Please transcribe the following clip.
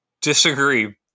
disagree